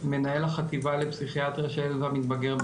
מנהל החטיבה לפסיכיאטריה של המתבגר,